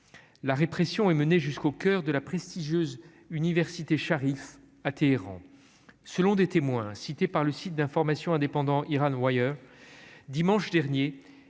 la répression est menée jusqu'au coeur de la prestigieuse université Sharif à Téhéran, selon des témoins cités par le site d'information indépendant Iran-Wire dimanche dernier,